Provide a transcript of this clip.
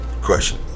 question